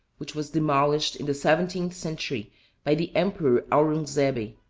which was demolished in the seventeenth century by the emperor aurungzebe.